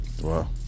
Wow